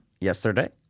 yesterday